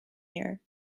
year